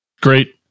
great